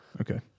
Okay